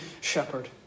shepherd